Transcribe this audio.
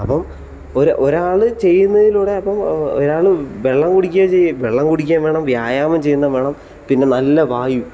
അപ്പം ഒരാൾ ചെയ്യുന്നതിലൂടെ അപ്പം അയാൾ വെള്ളം കുടിക്കുകയും ചെയ്യും വെള്ളം കുടിക്കേം വേണം വ്യായാമം ചെയ്യുകയും വേണം പിന്നെ നല്ല വായു